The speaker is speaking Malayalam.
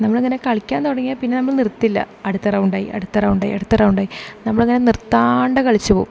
നമ്മളിങ്ങനെ കളിയ്ക്കാൻ തുടങ്ങിയ പിന്നെ നമ്മൾ നിർത്തില്ല അടുത്ത റൌണ്ട് ആയി അടുത്ത റൌണ്ട് ആയി അടുത്ത റൌണ്ട് ആയി നമ്മളിങ്ങനെ നിർത്താണ്ട് കളിച്ചുപോവും